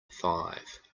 five